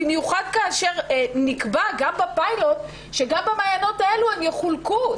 במיוחד כאשר נקבע גם בפיילוט שגם במעיינות האלה הם יחולקו,